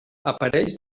aparells